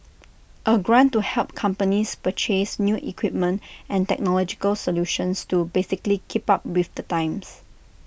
A grant to help companies purchase new equipment and technological solutions to basically keep up with the times